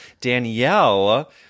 Danielle